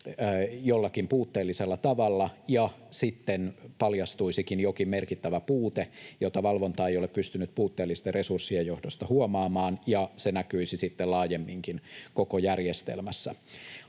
jollakin puutteellisella tavalla ja sitten paljastuisikin jokin merkittävä puute, jota valvonta ei ole pystynyt puutteellisten resurssien johdosta huomaamaan, ja se näkyisi sitten laajemminkin koko järjestelmässä.